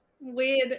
weird